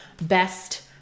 best